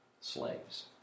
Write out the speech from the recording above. slaves